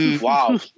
wow